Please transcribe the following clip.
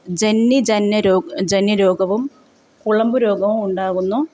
ജന്നി ജന്യ രോഗം ജന്യ രോഗവും കുളമ്പുരോഗവും ഉണ്ടാകുന്നു